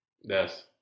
Yes